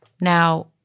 Now